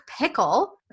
pickle